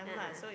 a'ah